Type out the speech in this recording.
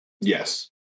Yes